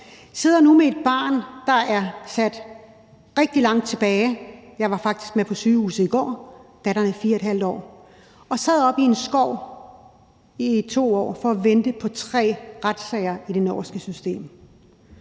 han sidder nu med et barn, der er sat rigtig langt tilbage – jeg var faktisk med på sygehuset i går; datteren er 4½ år. Han sad oppe i en skov i 2 år for at vente på 3 retssager i det norske system.